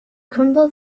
crumble